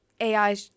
AI